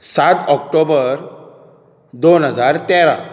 सात ऑक्टोबर दोन हजार तेरा